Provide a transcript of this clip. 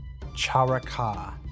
Charaka